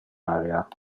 area